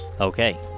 Okay